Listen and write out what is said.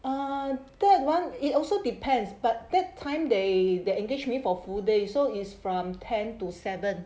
err third one it also depends but that time they they engage me for full day so is from ten to seven